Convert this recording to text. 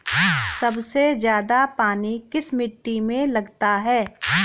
सबसे ज्यादा पानी किस मिट्टी में लगता है?